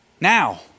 Now